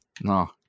no